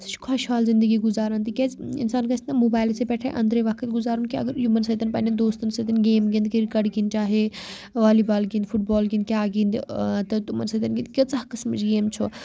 سُہ چھِ خۄشحال زندگی گُزاران تِکیٛازِ اِنسان گژھِ نہٕ موبایل سٕے پٮ۪ٹھَے اَنٛدرَے وقت گُزارُن کینٛہہ اگر یِمَن سۭتۍ پنٛنٮ۪ن دوستَن سۭتۍ گیم گِنٛدِ کِرکَٹ گِنٛدِ چاہے والی بال گِنٛدِ فُٹ بال گِنٛدِ کیٛاہ گِنٛدِ تہٕ تِمَن سۭتۍ گِنٛدِ کۭژاہ قٕسمٕچ گیم چھُ